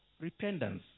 repentance